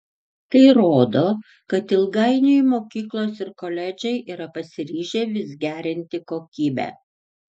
tai rodo kad ilgainiui mokyklos ir koledžai yra pasiryžę vis gerinti kokybę